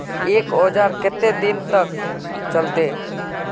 एक औजार केते दिन तक चलते?